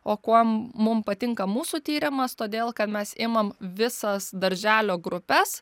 o kuo mum patinka mūsų tyrimas todėl kad mes imam visas darželio grupes